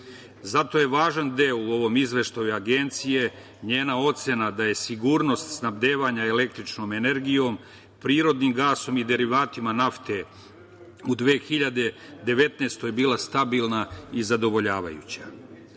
je važan deo u ovom izveštaju Agencije njena ocena da je sigurnost snabdevanja električnom energijom, prirodnim gasom i derivatima nafte u 2019. godini bila stabilna i zadovoljavajuća